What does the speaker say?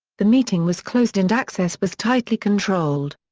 the meeting was closed and access was tightly controlled.